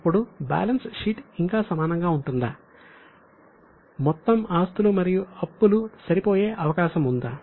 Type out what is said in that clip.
అప్పుడు balance sheet ఇంకా సమానంగా ఉంటుందా మొత్తం ఆస్తులు మరియు అప్పులు సరిపోయే అవకాశం ఉందా